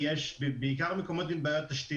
בעיקר מקומות עם בעיות תשתית,